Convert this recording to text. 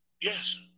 yes